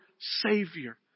Savior